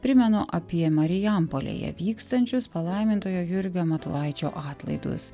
primenu apie marijampolėje vykstančius palaimintojo jurgio matulaičio atlaidus